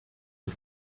rum